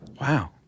Wow